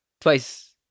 Twice